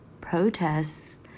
protests